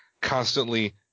constantly